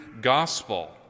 gospel